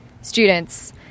students